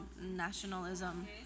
nationalism